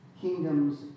kingdoms